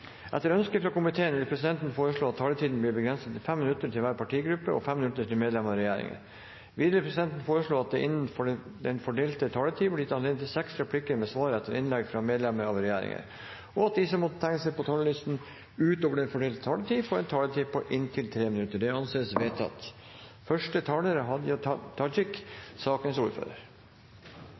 regjeringen. Videre vil presidenten foreslå at det blir gitt anledning til seks replikker med svar etter innlegg fra medlem av regjeringen innenfor den fordelte taletid, og at de som måtte tegne seg på talerlisten utover den fordelte taletid, får en taletid på inntil 3 minutter. – Det anses vedtatt. Bakgrunnen for denne saka er